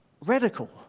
radical